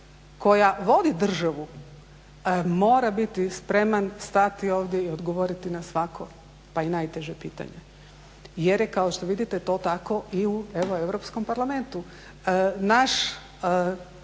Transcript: koja vodi državu mora biti spreman stati ovdje i odgovoriti na svako pa i najteže pitanje jer je kao što vidite to tako i u Europskom parlamentu. Naš